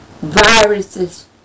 viruses